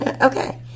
okay